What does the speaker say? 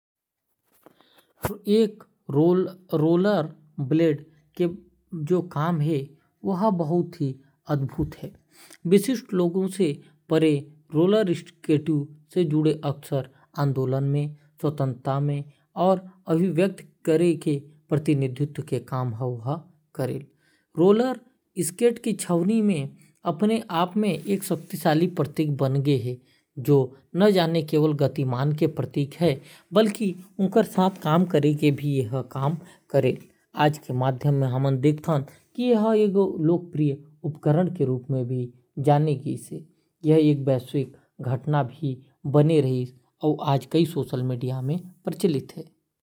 Roller blade के जो काम है। ओहर बहुत ही अदभुत है विशिष्ट लोगों से परे है। रोलर स्केट के छावनी में अपने आप में एक सकती साली प्रतीक बन गए है। एयर सोशल मीडिया में भी प्रचलित है।